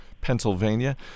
Pennsylvania